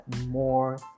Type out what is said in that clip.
more